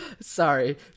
Sorry